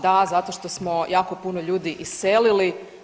Da, zato što smo jako puno ljudi iselili.